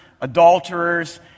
adulterers